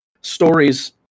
stories